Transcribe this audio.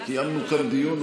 קיימנו כאן דיון,